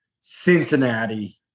Cincinnati